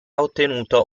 ottenuto